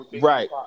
right